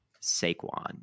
saquon